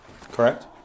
Correct